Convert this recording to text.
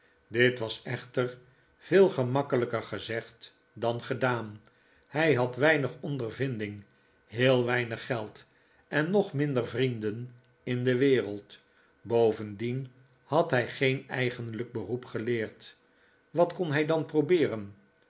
dit was echter veel gemakkelijker gezegd dan gedaan hij had weinig ondervinding heel weinig geld en nog minder vrienden in de wereld bovendien had hij geen eigenlijk beroep geleerd wat kon hij dan probeeren